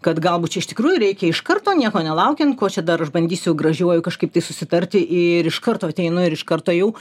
kad galbūt čia iš tikrųjų reikia iš karto nieko nelaukiant ko čia dar aš bandysiu gražiuoju kažkaip tai susitarti ir iš karto ateinu ir iš karto jau